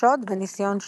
שוד וניסיון שוד.